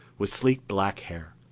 with sleek black hair.